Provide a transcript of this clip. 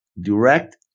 direct